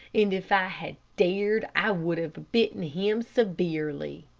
and if i had dared i would have bitten him severely.